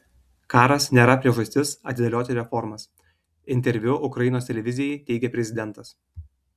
karas nėra priežastis atidėlioti reformas interviu ukrainos televizijai teigė prezidentas